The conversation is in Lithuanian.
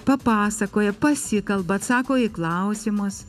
papasakoja pasikalba atsako į klausimus